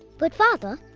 but father,